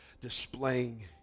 displaying